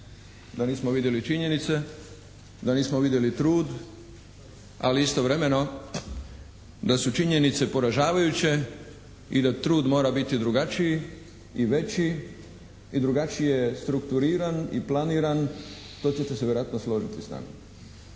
da nismo vidjeli činjenice, da nismo vidjeli trud, ali istovremeno da su činjenice poražavajuće i da trud mora biti drugačiji i veći i drugačije strukturiran i planiran, što ćete se vjerojatno složiti s nama.